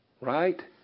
Right